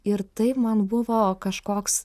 ir tai man buvo kažkoks